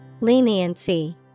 Leniency